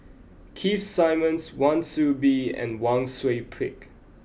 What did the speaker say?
Keith Simmons Wan Soon Bee and Wang Sui Pick